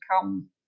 come